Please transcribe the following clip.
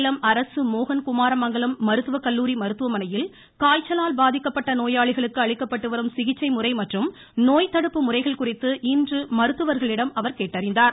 சேலம் அரசு மோகன் குமாரமங்கலம் மருத்துவக்கல்லூரி மருத்துவமனையில் காய்ச்சலால் பாதிக்கப்பட்ட நோயாளிகளுக்கு அளிக்கப்பட்டு வரும் சிகிச்சை முறை மற்றும் நோய்தடுப்பு முறைகள் குறித்து இன்று மருத்துவர்களிடம் கேட்டறிந்தார்